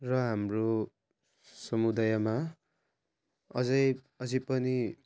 र हाम्रो समुदायमा अझै अझै पनि